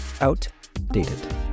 Outdated